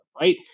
right